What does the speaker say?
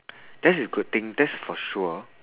that's a good thing that's for sure